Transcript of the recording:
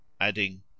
adding